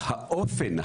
האופן,